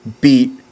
Beat